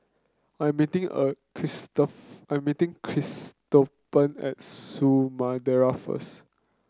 I meeting a I meeting Cristobal at Samudera first